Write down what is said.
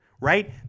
right